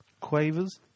Quavers